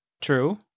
True